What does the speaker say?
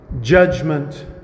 judgment